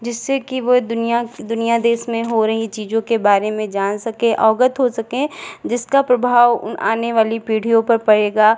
जिससे कि वे दुनिया दुनिया देश में हो रहीं चीज़ों के बारे में जान सके अवगत हो सकें जिसका प्रभाव उन आने वाली पीढ़ियों पर पड़ेगा